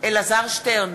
אלעזר שטרן,